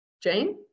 Jane